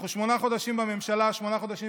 אנחנו שמונה חודשים בממשלה, שמונה חודשים,